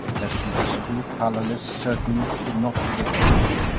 that she was too colorless, certainly could not have applied.